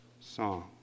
song